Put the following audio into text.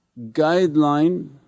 guideline